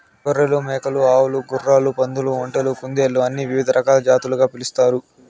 గొర్రెలు, మేకలు, ఆవులు, గుర్రాలు, పందులు, ఒంటెలు, కుందేళ్ళు అని వివిధ రకాల జాతులుగా పిలుస్తున్నారు